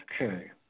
okay